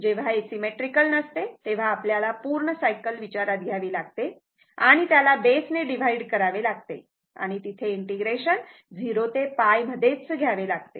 जेव्हा हे सिमेट्रीकल नसते तेव्हा आपल्याला पूर्ण सायकल विचारात घ्यावी लागते आणि त्याला बेस ने डिव्हाईड करावे लागते आणि तिथे इंटिग्रेशन 0 ते π मध्येच घ्यावे लागते